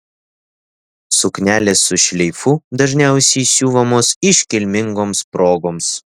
suknelės su šleifu dažniausiai siuvamos iškilmingoms progoms